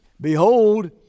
behold